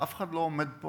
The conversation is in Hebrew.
אף אחד לא עומד פה